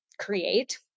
create